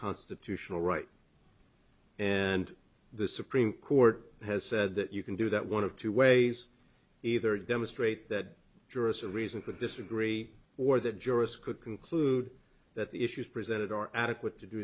constitutional right and the supreme court has said that you can do that one of two ways either you demonstrate that jurors a reason to disagree or the jurors could conclude that the issues presented are adequate to do